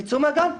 תצאו מהגן.